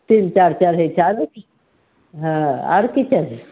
तिल चाउर चढ़ै छै आरो की हँ आरो की चढ़बै